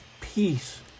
peace